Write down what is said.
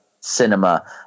cinema